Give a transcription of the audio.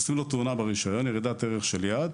עושים לו "תאונה" ברישיון ירידת ערך של "יד",